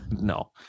No